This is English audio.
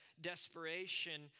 desperation